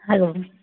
hello